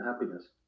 happiness